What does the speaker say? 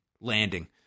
landing